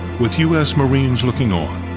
with u s. marines looking on,